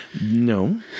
No